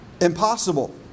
impossible